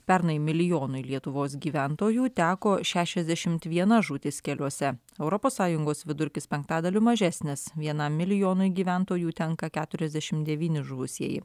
pernai milijonui lietuvos gyventojų teko šešiasdešimt viena žūtis keliuose europos sąjungos vidurkis penktadaliu mažesnis vienam milijonui gyventojų tenka keturiasdešim devyni žuvusieji